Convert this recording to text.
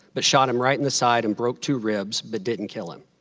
but shot him right in the side and broke two ribs, but didn't kill him.